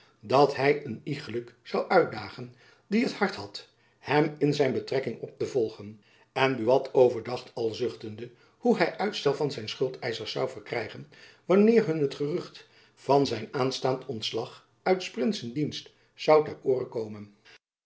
dat hy een iegelijk uit zoû dagen die t hart had hem in zijn jacob van lennep elizabeth musch betrekking op te volgen en buat overdacht al zuchtende hoe hy uitstel van zijn schuldeischers zoû verkrijgen wanneer hun het gerucht van zijn aanstaand ontslag uit s prinsen dienst zoû ter oore komen